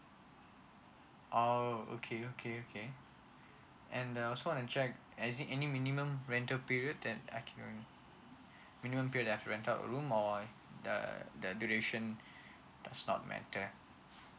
oh okay okay okay and uh I also want to check anything any minimum rental period that I can um that I have to rent out the room or uh the duration does not matter